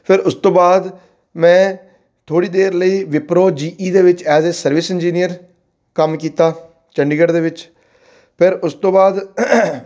ਫਿਰ ਉਸ ਤੋਂ ਮੈਂ ਥੋੜ੍ਹੀ ਦੇਰ ਲਈ ਵਿਪਰੋ ਜੀ ਈ ਦੇ ਵਿੱਚ ਐਜ ਏ ਸਰਵਿਸ ਇੰਜੀਨੀਅਰ ਕੰਮ ਕੀਤਾ ਚੰਡੀਗੜ੍ਹ ਦੇ ਵਿੱਚ ਫਿਰ ਉਸ ਤੋਂ ਬਾਅਦ